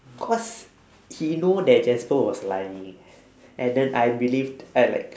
cause he know that jasper was lying and then I believed I like